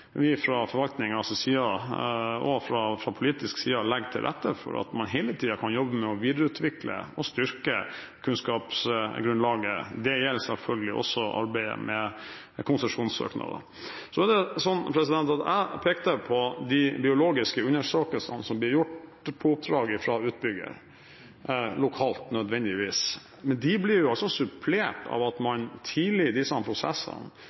vi fra forvaltningens side og fra politisk side legger til rette for at man hele tiden kan jobbe med å videreutvikle og styrke kunnskapsgrunnlaget. Det gjelder selvfølgelig også arbeidet med konsesjonssøknader. Så pekte jeg på de biologiske undersøkelsene som blir gjort på oppdrag fra utbygger – lokalt, nødvendigvis. Men de blir også supplert, ved at man tidlig i disse prosessene